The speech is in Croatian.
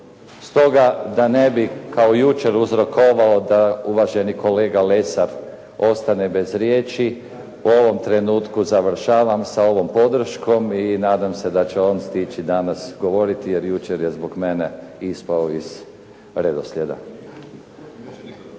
Stoga da ne bi kao i jučer uzrokovao da uvaženi kolega Lesar ostane bez riječi u ovom trenutku završavam sa ovom podrškom i nadam se da će on stići danas govoriti, jer jučer je zbog mene ispao iz redoslijeda.